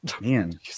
Man